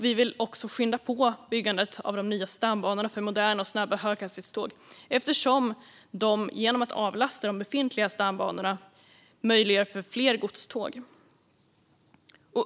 Vi vill också skynda på byggandet av de nya stambanorna för moderna och snabba höghastighetståg eftersom de genom att avlasta de befintliga stambanorna möjliggör för fler godståg.